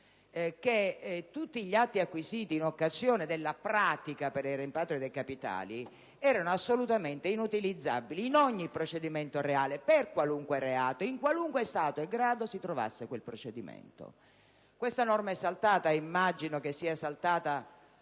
che tutti gli atti acquisiti in occasione della pratica per il rimpatrio dei capitali erano assolutamente inutilizzabili in ogni procedimento reale, per qualunque reato, in qualunque stato e grado si trovasse quel procedimento. Questa norma è saltata e immagino sia saltata